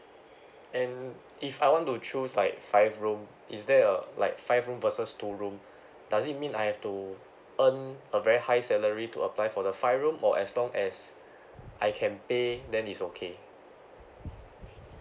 then if I want to choose like five room is there uh like five room versus two room does it mean I have to earn a very high salary to apply for the five room or as long as I can pay then is okay